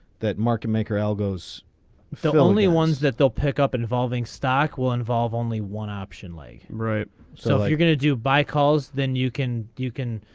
that market maker l. goes the only ones that they'll pick up involving stock will involve only one option leg right so you're gonna do buy calls then you can you can.